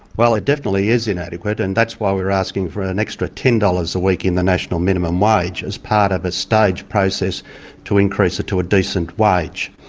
well it definitely is inadequate and that's why we're asking for an extra ten dollars a week in the national minimum wage as part of a stage process to increase it to a decent wage.